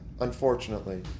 unfortunately